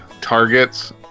targets